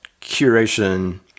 curation